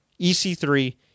EC3